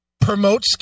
promote